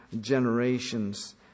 generations